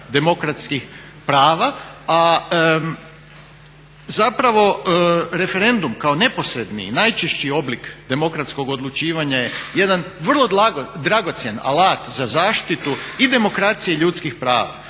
demokratskih prava, a zapravo referendum kao neposredni i najčešći oblik demokratskog odlučivanja je jedan vrlo dragocjen alat za zaštitu i demokracije ljudskih prava,